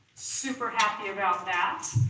super happy about that,